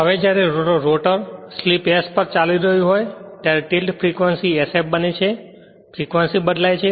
હવે જ્યારે rotor slip s પર ચાલી રહ્યું હોય ત્યારે ટિલ્ટ ફ્રેક્વંસી sf બને છે તે ફ્રેક્વંસી બદલાય છે